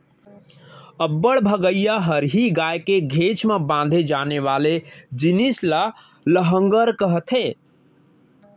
अब्बड़ भगइया हरही गाय के घेंच म बांधे जाने वाले जिनिस ल लहँगर कथें